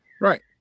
Right